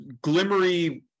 glimmery